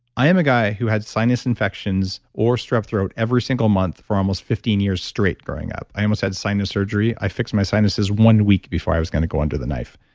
i am a guy who had sinus infections or strep throat every single month for almost fifteen years straight growing up. i almost had sinus surgery. i my sinuses one week before i was going to go under the knife,